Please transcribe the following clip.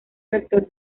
rector